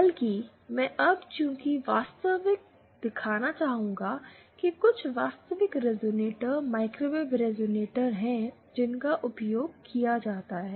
बल्कि मैं अब कुछ वास्तविक दिखाना चाहूँगा कुछ वास्तविक रिजोनेटर माइक्रोवेव रिजोनेटर हैं जिनका उपयोग किया जाता है